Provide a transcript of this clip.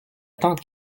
tante